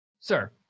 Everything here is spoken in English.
Sir